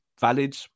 valid